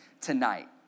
tonight